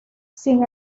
sin